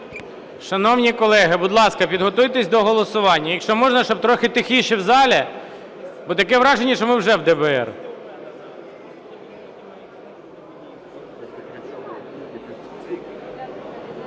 Шановні колеги, будь ласка, підготуйтеся до голосування. Якщо можна, щоб трохи тихіше в залі, бо таке враження, що ми вже в ДБР.